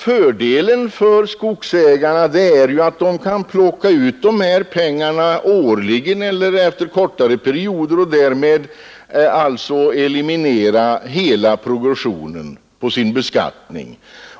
Fördelen för skogsägarna är emellertid att de kan plocka ut de här pengarna årligen eller efter kortare perioder och därigenom minska progressionen i sin beskattning.